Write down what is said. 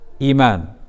Iman